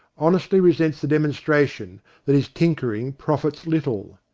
honestly resents the demonstration that his tinkering profits little.